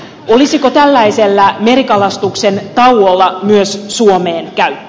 olisiko tällaisella merikalastuksen tauolla myös suomeen käyttöä